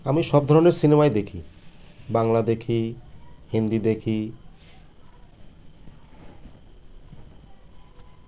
আমি সব ধরনের সিনেমাই দেখি বাংলা দেখি হিন্দি দেখি